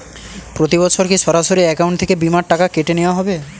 প্রতি বছর কি সরাসরি অ্যাকাউন্ট থেকে বীমার টাকা কেটে নেওয়া হবে?